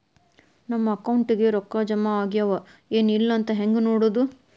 ನಮ್ಮ ಅಕೌಂಟಿಗೆ ರೊಕ್ಕ ಜಮಾ ಆಗ್ಯಾವ ಏನ್ ಇಲ್ಲ ಅಂತ ಹೆಂಗ್ ನೋಡೋದು?